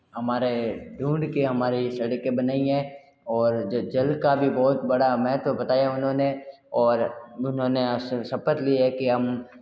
हमारा यह ढूंढ के हमारा ये सड़कें बनाई हैं और जल का भी बहुत बड़ा महत्व बताया उन्होंने और उन्होंने यहाँ से शपथ ली है कि हम